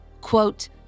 Quote